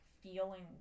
feeling